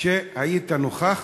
שהיית נוכח,